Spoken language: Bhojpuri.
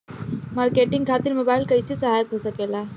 मार्केटिंग खातिर मोबाइल कइसे सहायक हो सकेला?